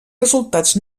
resultats